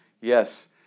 yes